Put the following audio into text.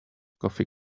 coffee